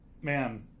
man